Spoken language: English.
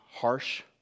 harsh